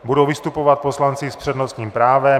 Budou vystupovat poslanci s přednostním právem.